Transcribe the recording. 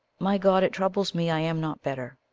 my god, it troubles me i am not better.